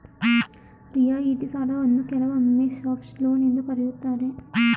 ರಿಯಾಯಿತಿ ಸಾಲವನ್ನ ಕೆಲವೊಮ್ಮೆ ಸಾಫ್ಟ್ ಲೋನ್ ಎಂದು ಕರೆಯುತ್ತಾರೆ